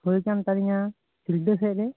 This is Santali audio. ᱦᱩᱭ ᱟᱠᱟᱱ ᱛᱟᱞᱤᱧᱟ ᱥᱤᱞᱫᱟᱹ ᱥᱮᱫᱨᱮ